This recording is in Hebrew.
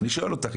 אני שואל אותך,